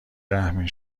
رحمین